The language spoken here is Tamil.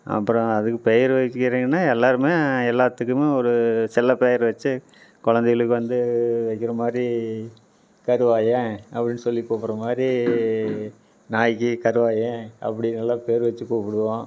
அப்புறம் அதுக்கு பெயர் வைக்குறேன்னு எல்லாருமே எல்லாத்துக்குமே ஒரு செல்லப் பெயர் வச்சு குழைந்தைகளுக்கு வந்து வைக்கற மாதிரி கருவாயன் அப்படின்னு சொல்லி கூப்பிடுற மாதிரி நாய்க்கு கருவாயன் அப்படின்னு எல்லாம் பேர் வச்சு கூப்பிடுவோம்